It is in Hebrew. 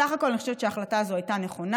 סך הכול אני חושבת שההחלטה הזאת הייתה נכונה.